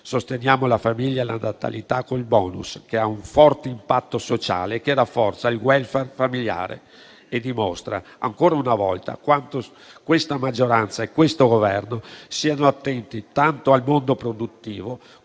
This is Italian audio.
Sosteniamo la famiglia e la natalità con il *bonus* che ha un forte impatto sociale, che rafforza il *welfare* familiare e dimostra ancora una volta quanto questa maggioranza e questo Governo siano attenti tanto al mondo produttivo